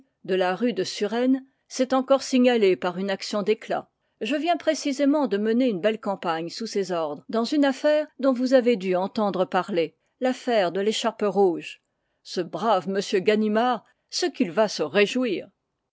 de la rue de surène s'est encore signalé par une action d'éclat je viens précisément de mener une belle campagne sous ses ordres dans une affaire dont vous avez dû entendre parler l'affaire de l'écharpe rouge ce brave m ganimard ce qu'il va se réjouir